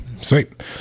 sweet